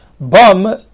Bum